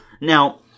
Now